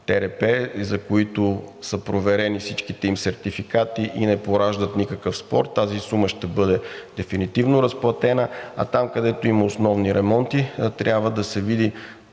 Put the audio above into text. ТРП и на които са проверени всичките им сертификати и не пораждат никакъв спор. Тази сума ще бъде дефинитивно разплатена, а там, където има основни ремонти, трябва да се види